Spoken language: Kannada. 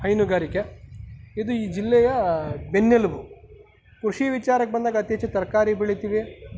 ಹೈನುಗಾರಿಕೆ ಇದು ಈ ಜಿಲ್ಲೆಯ ಬೆನ್ನೆಲುಬು ಕೃಷಿ ವಿಚಾರಕ್ಕೆ ಬಂದಾಗ ಅತಿ ಹೆಚ್ಚು ತರಕಾರಿ ಬೆಳೀತೀವಿ